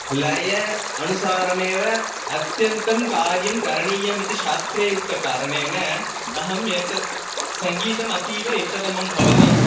लय अनुसारमेव अत्यन्तं कार्यं करणीयम् इति शास्त्रे उक्तकारणेन अहम् एतत् सङ्गीतम् अतीव इष्टतमं भवति